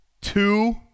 two